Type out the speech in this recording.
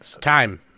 Time